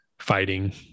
Fighting